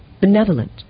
benevolent